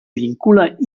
vincula